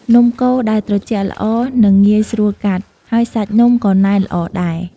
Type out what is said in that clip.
នំកូរដែលត្រជាក់ល្អ នឹងងាយស្រួលកាត់ ហើយសាច់នំក៏ណែនល្អដែរ។